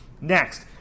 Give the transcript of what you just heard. Next